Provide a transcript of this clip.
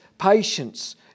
patience